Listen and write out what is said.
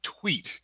tweet –